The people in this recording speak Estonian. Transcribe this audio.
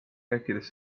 rääkides